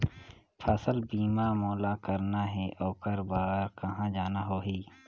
फसल बीमा मोला करना हे ओकर बार कहा जाना होही?